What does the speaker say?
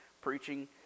preaching